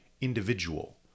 individual